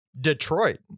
Detroit